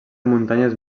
muntanyes